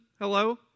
hello